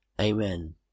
Amen